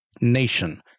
nation